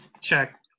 check